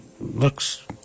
looks